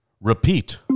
Repeat